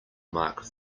mark